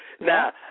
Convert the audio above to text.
Now